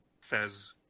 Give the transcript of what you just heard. says